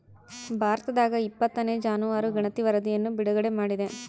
ಭಾರತದಾಗಇಪ್ಪತ್ತನೇ ಜಾನುವಾರು ಗಣತಿ ವರಧಿಯನ್ನು ಬಿಡುಗಡೆ ಮಾಡಿದೆ